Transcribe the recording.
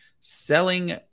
selling